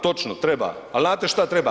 Točno, treba ali znate šta treba?